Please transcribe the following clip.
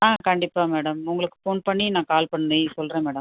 ஆ கண்டிப்பாக மேடம் உங்களுக்கு ஃபோன் பண்ணி நான் கால் பண்ணி சொல்லுறேன் மேடம்